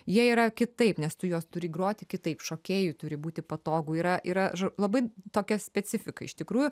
jie yra kitaip nes tu juos turi groti kitaip šokėjui turi būti patogu yra yra labai tokia specifika iš tikrųjų